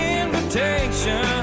invitation